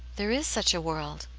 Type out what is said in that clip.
there is such a world.